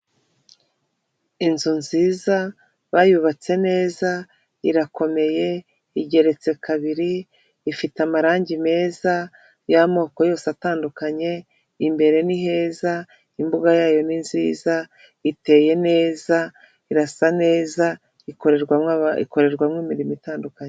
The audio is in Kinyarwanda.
Inzu nziza bayubatse neza, irakomeye, igeretse kabiri, ifite amarangi meza y'amoko yose atandukanye, imbere ni heza, imbuga yayo ni nziza, iteye neza, irasa neza, ikorerwamo imirimo itandukanye.